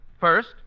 First